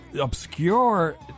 obscure